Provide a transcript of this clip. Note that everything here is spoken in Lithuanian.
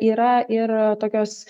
yra ir tokios